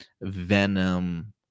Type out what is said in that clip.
Venom